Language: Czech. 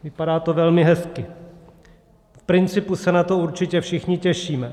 Vypadá to velmi hezky, v principu se na to určitě všichni těšíme.